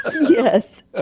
yes